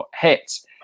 hits